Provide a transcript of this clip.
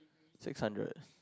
six hundred